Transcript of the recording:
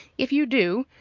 if you do